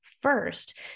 first